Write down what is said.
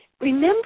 remember